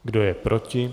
Kdo je proti?